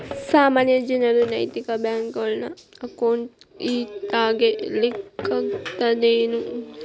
ಸಾಮಾನ್ಯ ಜನರು ನೈತಿಕ ಬ್ಯಾಂಕ್ನ್ಯಾಗ್ ಅಕೌಂಟ್ ತಗೇ ಲಿಕ್ಕಗ್ತದೇನು?